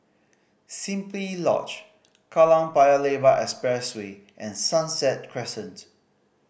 Simply Lodge Kallang Paya Lebar Expressway and Sunset Crescent